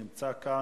נמצא כאן,